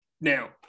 Now